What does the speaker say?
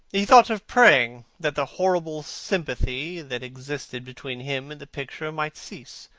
he thought of praying that the horrible sympathy that existed between him and the picture might cease.